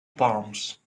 palms